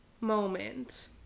moment